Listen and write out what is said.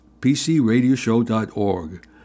pcradioshow.org